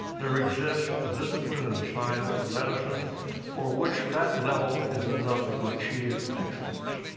there exists a discipline in science or medicine for which that level is enough to achieve excellence.